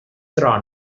trona